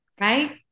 right